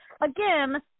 again